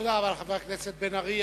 תודה רבה לחבר הכנסת בן-ארי.